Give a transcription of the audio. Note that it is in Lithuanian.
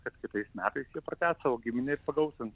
kad kitais metais jie pratęs savo giminę ir pagausins